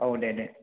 औ दे दे